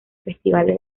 festivales